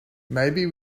maybe